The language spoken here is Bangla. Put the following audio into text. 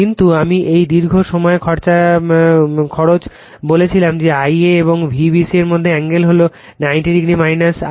কিন্তু আমি এই দীর্ঘ সময়ের খরচ বলেছিলাম যে Ia এবং Vbc এর মধ্যের অ্যাঙ্গেল হল 90 o